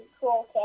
cool